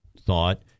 thought